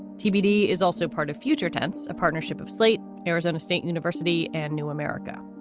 tbd is also part of future tense, a partnership of slate, arizona state university and new america.